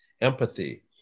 empathy